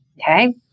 Okay